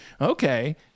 okay